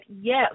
yes